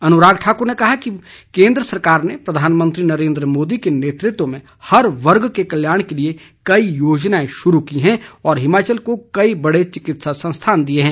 अनुराग ठाकुर ने कहा कि केंद्र सरकार ने प्रधानमंत्री नरेंद्र मोदी के नेतृत्व में हर वर्ग के कल्याण के लिए कई योजनाएं शुरू की हैं और हिमाचल को कई बड़े चिकित्सा संस्थान दिए हैं